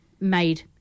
made